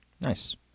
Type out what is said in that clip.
Nice